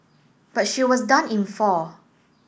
but she was done in four